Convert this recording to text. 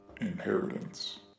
inheritance